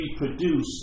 reproduce